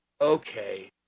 okay